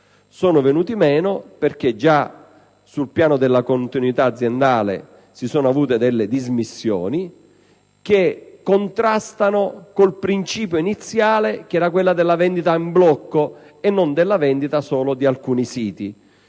sono venuti meno perché già sul piano della continuità aziendale si sono avute dismissioni che contrastano con il principio iniziale, che era quello della vendita in blocco e non solo di alcuni siti.